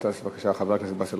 חבר הכנסת באסל